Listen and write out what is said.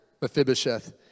Mephibosheth